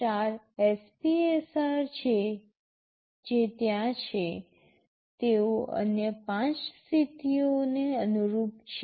૪ SPSR જે ત્યાં છે તેઓ અન્ય ૫ સ્થિતિઓને અનુરૂપ છે